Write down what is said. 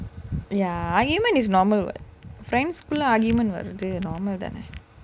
ya arguement is normal [what] friends குள்ள:kulla argument normal